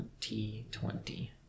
2020